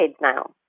now